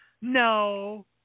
No